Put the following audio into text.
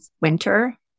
winter